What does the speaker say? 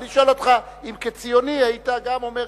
אני שואל אותך אם כציוני היית גם אומר,